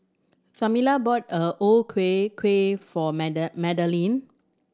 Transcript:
Tamela bought O Ku Kueh for Madaline